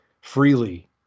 freely